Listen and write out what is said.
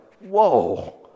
whoa